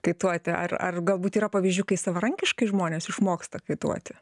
kaituoti ar ar galbūt yra pavyzdžių kai savarankiškai žmonės išmoksta kaituoti